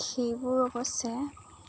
সেইবোৰ অৱশ্যে